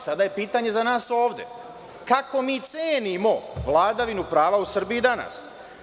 Sada je pitanje za nas ovde – kako mi cenimo vladavinu prava u Srbiji danas?